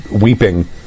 weeping